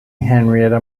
henrietta